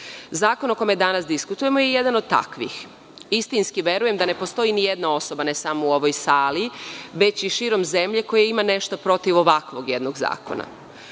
Zakon o kome danas diskutujemo je jeda od takvih. Istinski verujem da ne postoji ni jedna osoba, ne samo u ovoj sali, već i širom zemlje koja ima nešto protiv ovakvog jednog